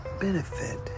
benefit